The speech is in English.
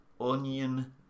Onion